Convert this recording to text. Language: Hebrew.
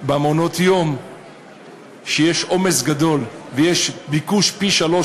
במעונות-יום יש עומס גדול ויש ביקוש פי-שלושה